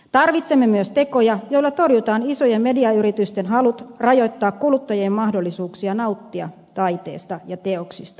tarvitsemme myös tekoja joilla torjutaan isojen mediayritysten halut rajoittaa kuluttajien mahdollisuuksia nauttia taiteesta ja teoksista